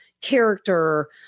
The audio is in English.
character